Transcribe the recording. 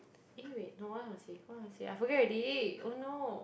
eh wait no one will say what I want to say I forget already oh no